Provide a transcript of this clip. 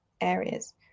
areas